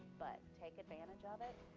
but take advantage of it.